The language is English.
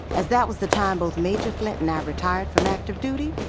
as that was the time both major flint and i retired from active duty,